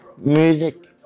Music